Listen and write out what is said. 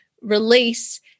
release